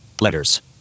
letters